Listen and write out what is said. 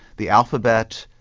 the alphabet,